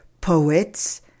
poets